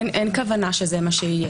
אין כוונה שזה מה שיהיה.